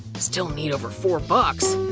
still need over four bucks.